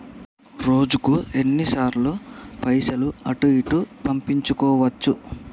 రోజుకు ఎన్ని సార్లు పైసలు అటూ ఇటూ పంపించుకోవచ్చు?